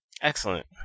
excellent